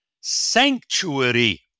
sanctuary